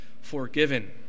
forgiven